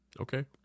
Okay